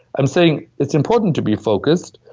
i'm saying, it's important to be focused,